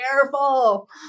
careful